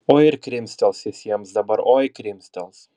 oi ir krimstels jis jiems dabar oi krimstels